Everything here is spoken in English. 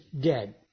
dead